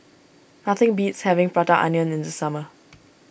nothing beats having Prata Onion in the summer